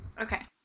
Okay